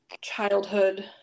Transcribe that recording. childhood